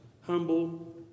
humble